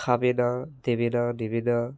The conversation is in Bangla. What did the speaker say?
খাবে না দেবে না নেবে না